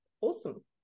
awesome